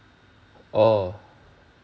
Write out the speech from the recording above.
orh